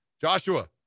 Joshua